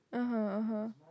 (uh huh) (uh huh)